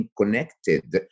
connected